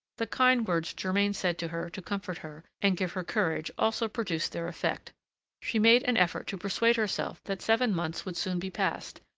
the kind words germain said to her to comfort her and give her courage also produced their effect she made an effort to persuade herself that seven months would soon be passed,